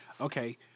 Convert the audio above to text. Okay